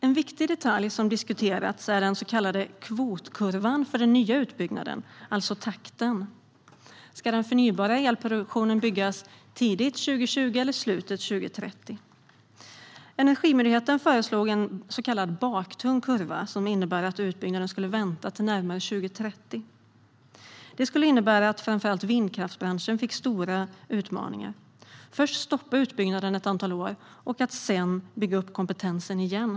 En viktig detalj som diskuterats är den så kallade kvotkurvan för den nya utbyggnaden, alltså takten. Ska den förnybara elproduktionen byggas tidigt, 2020, eller i slutet, 2030? Energimyndigheten föreslog en så kallad baktung kurva som innebär att utbyggnaden skulle vänta till närmare 2030. Det skulle innebära att framför allt vindkraftsbranschen fick svåra förutsättningar: först stoppa utbyggnaden ett antal år och sedan bygga upp kompetensen igen.